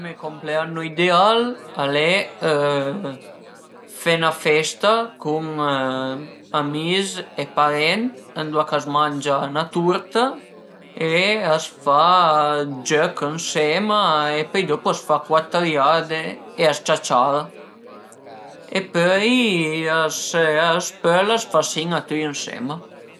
Me compleanno ideal al e fe 'na festa cun amis e parent ëndua ch'a së mangia 'na turta e a s'fa dë giöch ënsema e pöi a s'fa cuat riade e a së ciaciara e pöi s'as pöl a s'fa sina tüi ënsema